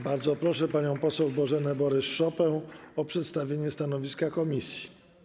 Bardzo proszę panią poseł Bożenę Borys-Szopę o przedstawienie stanowiska komisji.